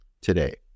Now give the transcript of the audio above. today